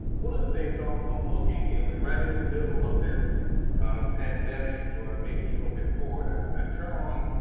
one of the things, so i'm looking and we're right in the middle of this pandemic or maybe even before and i turn it on,